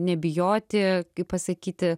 nebijoti kaip pasakyti